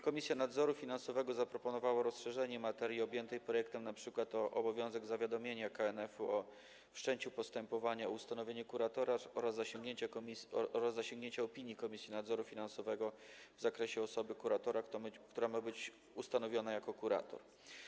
Komisja Nadzoru Finansowego zaproponowała rozszerzenie materii objętej projektem np. o obowiązek zawiadomienia KNF o wszczęciu postępowania o ustanowienie kuratora oraz zasięgnięcia opinii Komisji Nadzoru Finansowego w zakresie osoby, która ma być ustanowiona jako kurator.